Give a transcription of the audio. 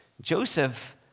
Joseph